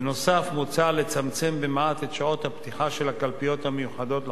מוצע לצמצם במעט את שעות הפתיחה של הקלפיות המיוחדות לחיילים,